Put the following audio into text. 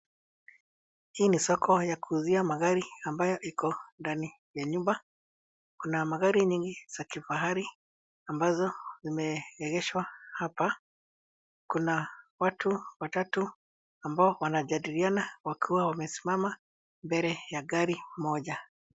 Hii ni soko ya kuuzia magari ambayo iko ndani ya nyumba. Kuna magari nyingi za kifahari ambazo zimeegeshwa hapa. Kuna watu watatu ambao wanajadiliana wakiwa wamesimama mbele ya gari moja.